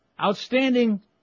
Outstanding